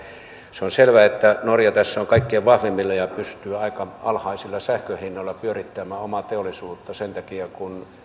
se on selvä että norja tässä on kaikkein vahvimmilla ja pystyy aika alhaisilla sähkönhinnoilla pyörittämään omaa teollisuuttaan sen takia että